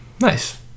Nice